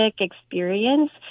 experience